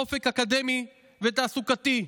אופק אקדמי ותעסוקתי,